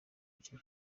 gihe